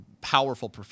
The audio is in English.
powerful